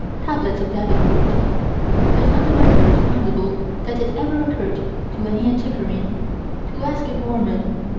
tablets of davenport there's not a record findable that it ever occurred to any antiquarian to ask a mormon.